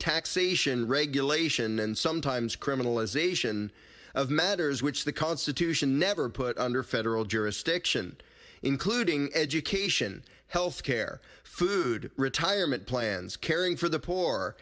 taxation regulation and sometimes criminalization of matters which the constitution never put under federal jurisdiction including education health care food retirement plans caring for the poor